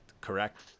correct